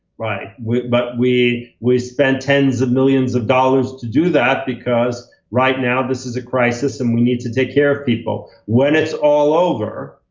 right. but we we spent tens of millions of dollars to do that, because right now this is a crisis, and we need to take care of people. when it's all over,